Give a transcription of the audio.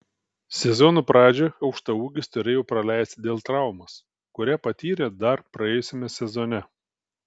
sezono pradžią aukštaūgis turėjo praleisti dėl traumos kurią patyrė dar praėjusiame sezone